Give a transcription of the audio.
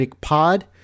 Pod